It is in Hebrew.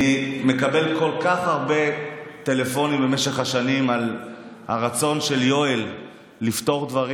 אני מקבל כל כך הרבה טלפונים במשך השנים על הרצון של יואל לפתור דברים.